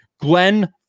Glenn